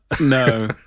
No